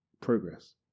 progress